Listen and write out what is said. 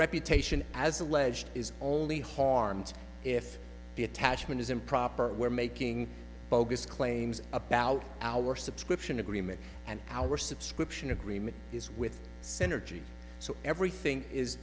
reputation as alleged is only harmed if the attachment is improper we're making bogus claims about our subscription agreement and our subscription agreement is with center g so everything is